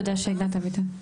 תודה שהגעת אביטל.